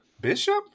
bishop